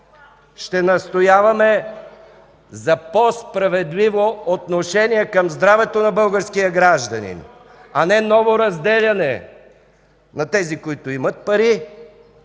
Ще настояваме за по-справедливо отношение към здравето на българския гражданин, а не ново разделяне на тези, които имат пари,